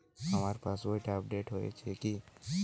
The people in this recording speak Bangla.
আমার পাশবইটা আপডেট হয়েছে কি?